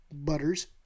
butters